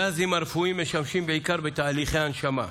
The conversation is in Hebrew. הגזים הרפואיים משמשים בעיקר בתהליכי הנשמה,